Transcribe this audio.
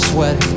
Sweat